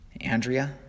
Andrea